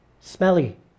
Smelly